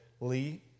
Lee